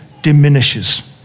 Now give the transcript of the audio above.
diminishes